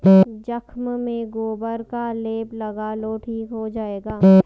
जख्म में गोबर का लेप लगा लो ठीक हो जाएगा